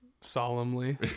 solemnly